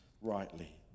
rightly